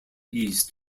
east